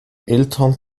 eltern